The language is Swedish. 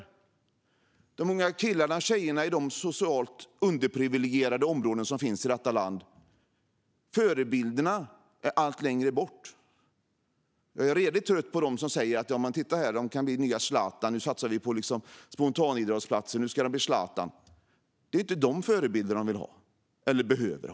För de unga killarna och tjejerna i de socialt underprivilegierade områden som finns i detta land är förebilderna allt längre bort. Jag är redigt trött på dem som säger: Titta, nu satsar vi på spontanidrottsplatser - de kan bli en ny Zlatan! Det är inte sådana förebilder ungdomarna vill ha eller behöver.